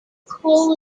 cool